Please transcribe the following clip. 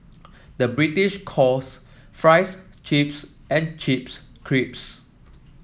the British calls fries chips and chips crisps